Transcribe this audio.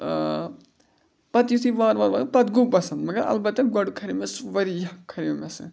پَتہٕ یُتھُے وارٕ وارٕ وارٕ پَتہٕ گوٚو بَسَنٛد مگر البتہ گۄڈٕ کھریٚو مےٚ سُہ واریاہ کھریو مےٚ سُہ